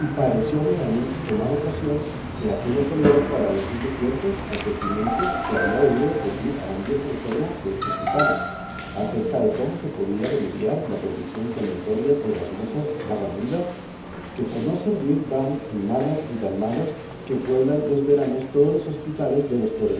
y parecióme a mí tomar ocasión de aquella soledad para decirle ciertos advertimientos que había oído decir a un viejo enfermo deste hospital acerca de cómo se podía remediar la perdición tan notoria de las mozas vagamundas que por no servir dan en malas y tan malas que pueblan los veranos todos los hospitales de los